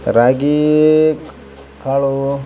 ರಾಗೀ ಕಾಳೂ